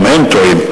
גם הם טועים.